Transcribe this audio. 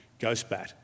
Ghostbat